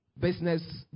business